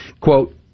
Quote